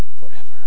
forever